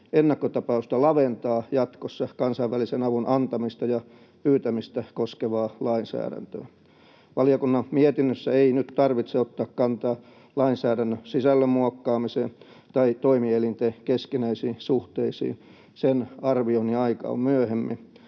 ennakkotapausta laventaa jatkossa kansainvälisen avun antamista ja pyytämistä koskevaa lainsäädäntöä. Valiokunnan mietinnössä ei nyt tarvitse ottaa kantaa lainsäädännön sisällön muokkaamiseen tai toimielinten keskinäisiin suhteisiin — sen arvioinnin aika on myöhemmin